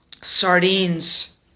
sardines